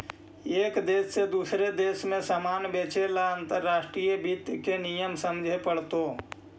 एक देश से दूसरे देश में सामान बेचे ला अंतर्राष्ट्रीय वित्त के नियम समझे पड़तो